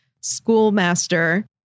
schoolmaster